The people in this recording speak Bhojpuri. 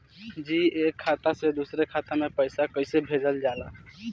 जी एक खाता से दूसर खाता में पैसा कइसे भेजल जाला?